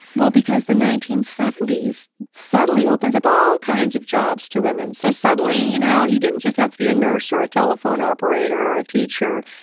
well, because the nineteen seventy s suddenly opens up all kinds of jobs to women so suddenly, you know, you didn't just have to be a nurse or a telephone operator or a teacher.